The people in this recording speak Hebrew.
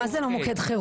מה זה לא מוקד חירום?